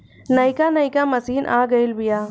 नइका नइका मशीन आ गइल बिआ